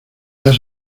has